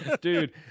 dude